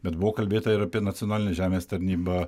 bet buvo kalbėta ir apie nacionalinę žemės tarnybą